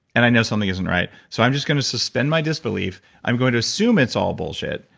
and i know something isn't right. so i'm just going to suspend my disbelief. i'm going to assume it's all bullshit,